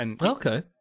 Okay